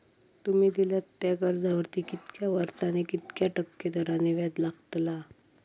तुमि दिल्यात त्या कर्जावरती कितक्या वर्सानी कितक्या टक्के दराने व्याज लागतला?